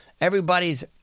Everybody's